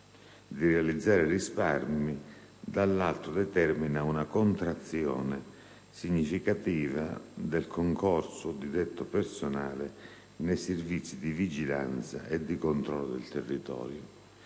di realizzare risparmi, dall'altro determina una contrazione significativa del concorso di detto personale nei servizi di vigilanza e di controllo del territorio»,